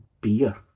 beer